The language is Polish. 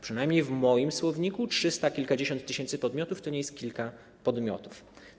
Przynajmniej w moim słowniku trzysta kilkadziesiąt tysięcy podmiotów to nie jest kilka podmiotów.